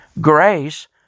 Grace